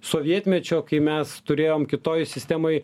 sovietmečio kai mes turėjom kitoj sistemoj